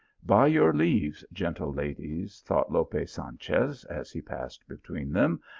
by your leaves, gentle ladies, thought lope sanchez as he passed between them,